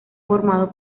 formado